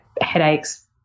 headaches